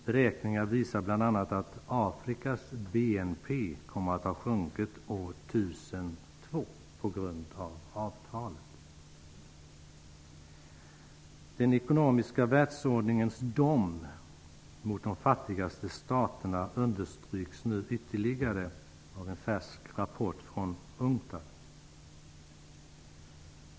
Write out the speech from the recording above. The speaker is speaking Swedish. Beräkningar visar bl.a. att Afrikas BNP kommer att sjunka år 2002 på grund av avtalet. Den ekonomiska världsordningens dom mot de fattigaste staterna understryks nu ytterligare av en färsk rapport från UNCTAD.